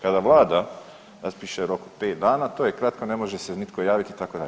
Kada Vlada raspiše rok pet dana to je kratko, ne može se nitko javiti itd.